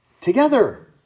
together